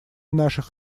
наших